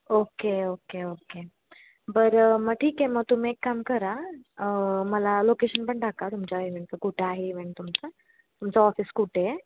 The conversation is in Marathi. ओक्के ओक्के ओक्के बरं मग ठीक आहे मग तुम्ही एक काम करा मला लोकेशन पण टाका तुमच्या इवेंटचं कुठं आहे इवेंट तुमचा तुमचं ऑफिस कुठे आहे